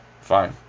fine